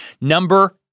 number